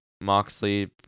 moxley